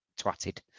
twatted